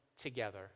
together